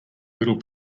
little